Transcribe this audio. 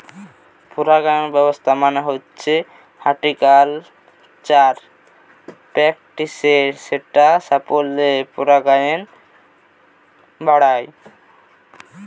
পরাগায়ন ব্যবস্থা মানে হতিছে হর্টিকালচারাল প্র্যাকটিসের যেটা ফসলের পরাগায়ন বাড়ায়